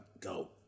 Go